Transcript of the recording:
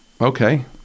Okay